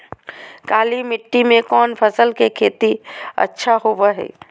काली मिट्टी में कौन फसल के खेती अच्छा होबो है?